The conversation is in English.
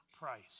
price